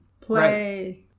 play